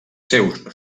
seus